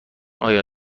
آیا